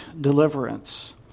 deliverance